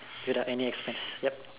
without any expense yup